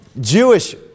Jewish